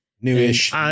Newish